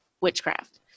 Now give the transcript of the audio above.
witchcraft